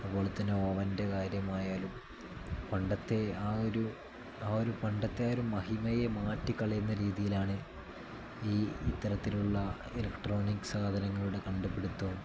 അതുപോലെ തന്നെ ഓവൻ്റെ കാര്യമായാലും പണ്ടത്തെ ആ ഒരു ആ ഒരു പണ്ടത്തെയൊരു മഹിമയെ മാറ്റിക്കളയുന്ന രീതിയിലാണ് ഈ ഇത്തരത്തിലുള്ള ഇലക്ട്രോണിക് സാധനങ്ങളുടെ കണ്ടുപിടുത്തവും